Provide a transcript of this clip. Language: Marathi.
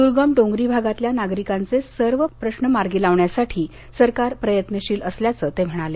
दुर्गम डोंगरी भागातल्या नागरिकांचे सर्व प्रश्न मार्गी लावण्यासाठी सरकार प्रयत्नशील असल्याचं ते म्हणाले